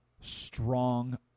strong